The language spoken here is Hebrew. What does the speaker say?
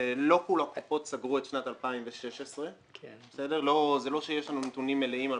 שלא כל הקופות סגרו את שנת 2016. זה לא שיש לנו נתונים מלאים על